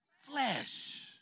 flesh